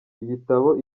igitabo